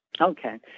Okay